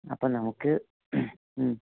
അപ്പം നമുക്ക് മ്മ്